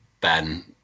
Ben